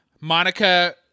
Monica